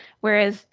Whereas